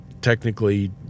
technically